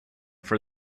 for